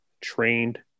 trained